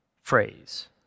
phrase